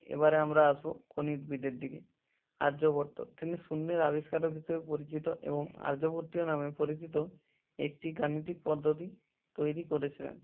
এবারে আমরা আসবো গণিতবিদের দিকে আর্যভট্ট তিনি শূন্যের আবিষ্কারক হিসেবে পরিচিত এবং আর্যভট্টীয় নামে পরিচিত একটি গাণিতিক পদ্ধতি তৈরি করেছিলেন